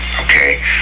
Okay